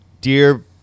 Dear